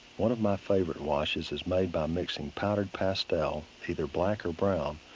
one of my favorite washes is made by mixing powdered pastel, either black or brown,